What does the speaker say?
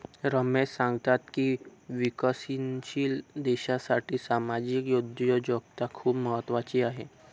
रमेश सांगतात की विकसनशील देशासाठी सामाजिक उद्योजकता खूप महत्त्वाची आहे